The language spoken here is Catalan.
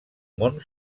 món